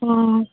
ହଁ